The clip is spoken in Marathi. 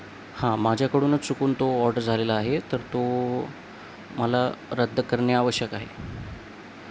हां माझ्याकडूनच चुकून तो ऑर्डर झालेला आहे तर तो मला रद्द करणे आवश्यक आहे